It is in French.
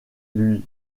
lui